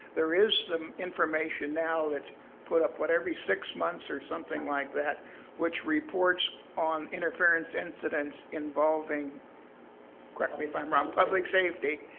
there is some information now that's put up every six months or something like that which reports on interference incidents involving correct me if i'm wrong public safety.